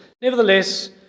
Nevertheless